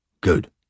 Good